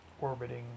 orbiting